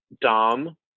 Dom